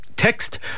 Text